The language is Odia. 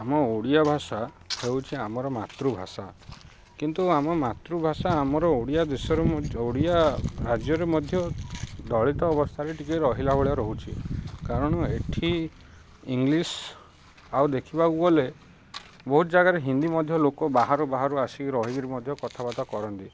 ଆମ ଓଡ଼ିଆ ଭାଷା ହେଉଛି ଆମର ମାତୃଭାଷା କିନ୍ତୁ ଆମ ମାତୃଭାଷା ଆମର ଓଡ଼ିଆ ଦେଶରୁ ମଧ୍ୟ ଓଡ଼ିଆ ରାଜ୍ୟରେ ମଧ୍ୟ ଦଳିତ ଅବସ୍ଥାରେ ଟିକେ ରହିଲା ଭଳିଆ ରହୁଛି କାରଣ ଏଠି ଇଂଲିଶ ଆଉ ଦେଖିବାକୁ ଗଲେ ବହୁତ ଜାଗାରେ ହିନ୍ଦୀ ମଧ୍ୟ ଲୋକ ବାହାରୁ ବାହାରୁ ଆସିକି ରହିିକିରି ମଧ୍ୟ କଥାବାର୍ତ୍ତା କରନ୍ତି